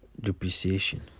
depreciation